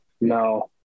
No